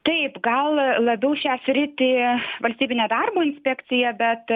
taip gal labiau šią sritį valstybinė darbo inspekcija bet